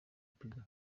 perezida